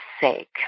sake